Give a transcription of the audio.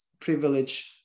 privilege